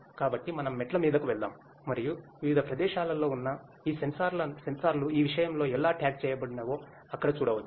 కాబట్టి మనం మెట్ల మీదకు వెళ్దాం మరియు వివిధ ప్రదేశాలలో ఉన్న ఈ సెన్సార్లు ఈ విషయంలో ఎలా ట్యాగ్ చేయబడినవో అక్కడ చూడవచ్చు